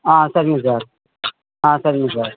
ஆ சரிங்க சார் ஆ சரிங்க சார்